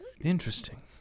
Interesting